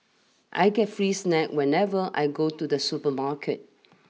I get free snack whenever I go to the supermarket